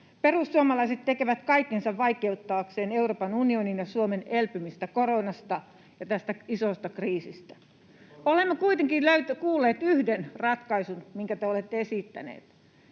Perussuomalaiset tekevät kaikkensa vaikeuttaakseen Euroopan unionin ja Suomen elpymistä koronasta ja tästä isosta kriisistä. [Juha Mäenpää: Ei kun parannetaan!] Olemme kuitenkin kuulleet yhden ratkaisun, minkä te olette esittäneet.